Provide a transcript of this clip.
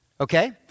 okay